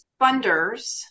funders